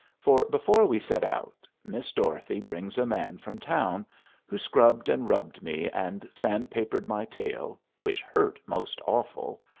for before we set out miss dorothy brings a man from town who scrubbed and rubbed me, and sandpapered my tail, which hurt most awful,